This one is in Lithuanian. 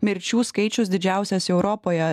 mirčių skaičius didžiausias europoje